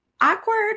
awkward